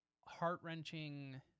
heart-wrenching